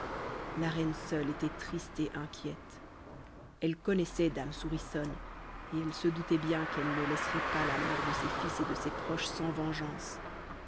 la reine seule était triste et inquiète elle connaissait dame souriçonne et elle se doutait bien qu'elle ne laisserait pas la mort de ses fils et de ses proches sans vengeance